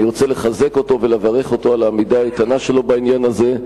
אני רוצה לחזק אותו ולברך אותו על העמידה האיתנה שלו בעניין הזה,